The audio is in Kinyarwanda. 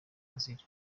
azira